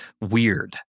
weird